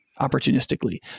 opportunistically